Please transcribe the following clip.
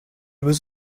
was